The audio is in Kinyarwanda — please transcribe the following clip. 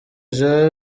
jean